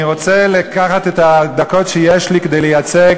אני רוצה לקחת את הדקות שיש לי כדי לייצג